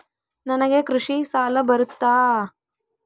ನನಗೆ ಕೃಷಿ ಸಾಲ ಬರುತ್ತಾ?